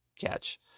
catch